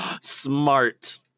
Smart